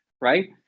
right